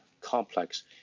complex